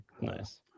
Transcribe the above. Nice